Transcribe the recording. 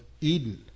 Eden